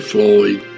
Floyd